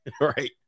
Right